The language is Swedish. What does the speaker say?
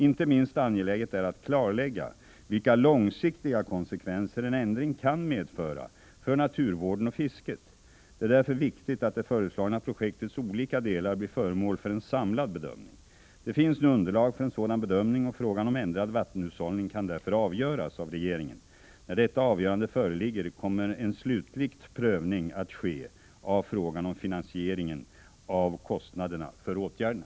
Inte minst angeläget är det att klarlägga vilka långsiktiga konsekvenser en ändring kan medföra för naturvården och fisket. Det är därför viktigt att det föreslagna projektets olika delar blir föremål för en samlad bedömning. Det finns nu underlag för en sådan bedömning, och frågan om ändrad vattenhushållning kan därför avgöras av regeringen. När detta avgörande föreligger, kommer en slutlig prövning att ske av frågan om finansieringen av kostnaderna för åtgärderna.